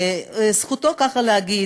זכותו כך להגיד.